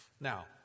Now